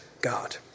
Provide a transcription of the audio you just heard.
God